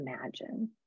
imagine